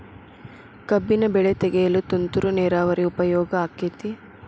ಕಬ್ಬಿನ ಬೆಳೆ ತೆಗೆಯಲು ತುಂತುರು ನೇರಾವರಿ ಉಪಯೋಗ ಆಕ್ಕೆತ್ತಿ?